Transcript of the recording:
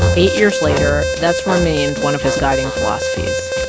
eight years later, that's remained one of his guiding philosophies.